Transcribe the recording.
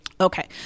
Okay